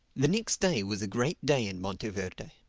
the next day was a great day in monteverde.